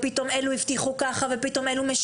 כל אחד מבטיח ומישהו אחר